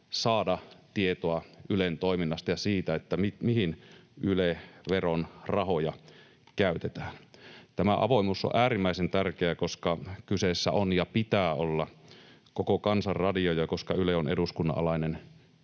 saada tietoa Ylen toiminnasta ja siitä, mihin Yle-veron rahoja käytetään. Tämä avoimuus on äärimmäisen tärkeää, koska kyseessä on ja pitää olla koko kansan radio ja koska Yle on eduskunnan alainen